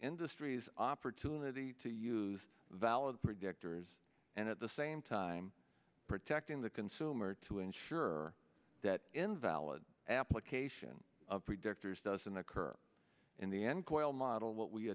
industries opportunity to use valid predictors and at the same time protecting the consumer to ensure that invalid application predictors doesn't occur in the end goil model what we